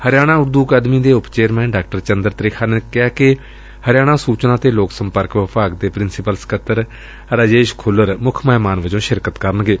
ਹਰਿਆਣਾ ਉਰਦੂ ਅਕਾਦਮੀ ਦੇ ਉਪ ਚੇਅਰਮੈਨ ਡਾ ਚੰਦਰ ਤ੍ਿਖਾ ਨੇ ਕਿਹਾ ਕਿ ਹਰਿਆਣਾ ਸੂਚਨਾ ਅਤੇ ਲੋਕ ਸੰਪਰਕ ਵਿਭਾਗ ਦੇ ਪ੍ਰਿੰਸੀਪਲ ਸਕੱਤਰ ਰਾਜੇਸ਼ ਖੁੱਲਰ ਮੁੱਖ ਮਹਿਮਾਨ ਵਜੋਂ ਸ਼ਿਰਕਤ ਕਰਨਗੇ